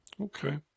Okay